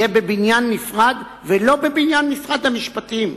יהיה בבניין נפרד ולא בבניין משרד המשפטים,